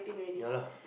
ya lah